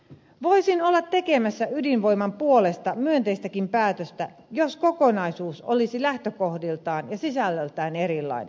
voisin olla tekemässä ydinvoiman puolesta myönteistäkin päätöstä jos kokonaisuus olisi lähtökohdiltaan ja sisällöltään erilainen